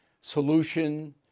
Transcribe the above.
solution